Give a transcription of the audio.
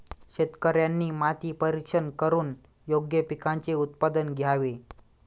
शेतकऱ्यांनी माती परीक्षण करून योग्य पिकांचे उत्पादन घ्यावे